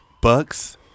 Bucks